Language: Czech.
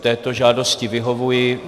Této žádosti vyhovuji.